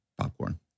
Popcorn